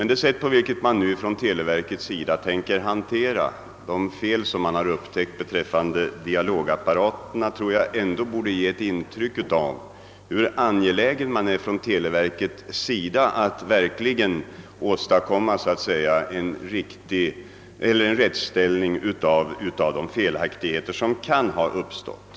Det sätt på vilket man vid televerket handskas med de fel som upptäckts i Dialogapparaterna tycker jag emellertid ändå borde ge det intrycket att man vid verket är angelägen om att verkligen åstadkomma en rättelse av uppkomna felaktigheter.